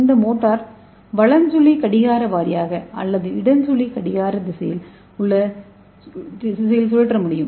இந்த மோட்டார் வலன்சுழி கடிகார வாரியாக அல்லது இடஞ்சுழி கடிகார திசையில் சுழற்ற முடியும்